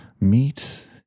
meet